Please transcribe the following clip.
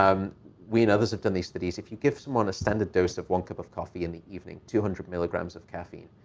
um we and others have done these studies, if you give someone a standard dose of one cup of coffee in the evening, two hundred milligrams of caffeine,